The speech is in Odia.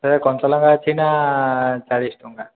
ସାର୍ କଞ୍ଚାଲଙ୍କା ଅଛି ଏଇନା ଚାଳିଶି ଟଙ୍କା